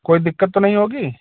कोई दिक्कत तो नहीं होगी